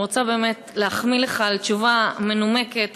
אני רוצה באמת להחמיא לך על תשובה מנומקת,